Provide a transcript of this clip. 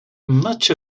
much